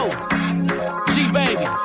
G-Baby